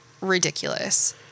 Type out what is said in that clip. ridiculous